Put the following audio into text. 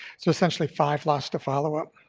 so essentially five lost to follow-up.